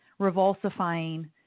revulsifying